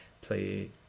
play